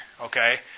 okay